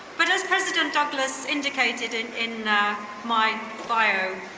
but as president douglas indicated and in my bio,